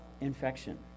infection